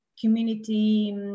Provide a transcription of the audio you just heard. community